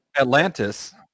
Atlantis